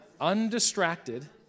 undistracted